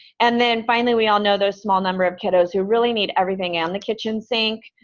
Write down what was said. and then finally, we all know those small number of kiddos who really need everything and the kitchen sink,